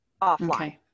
offline